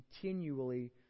continually